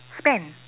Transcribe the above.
spend